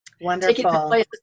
Wonderful